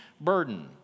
burden